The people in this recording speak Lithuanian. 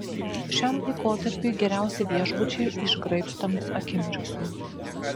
šiam laikotarpiui geriausi viešbučiai išgraibstomi akimirksniu